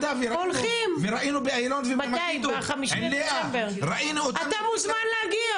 הלכנו עם הוועדה וראינו באיילון ובמגידו --- אתה מוזמן להגיע.